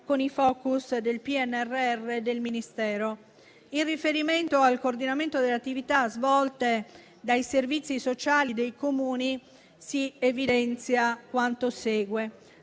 con i *focus* del PNRR e del Ministero. In riferimento al coordinamento delle attività svolte dai servizi sociali del Comuni, si evidenzia quanto segue.